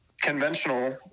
conventional